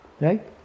right? –